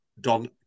Don